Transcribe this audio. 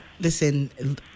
listen